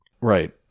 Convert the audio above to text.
Right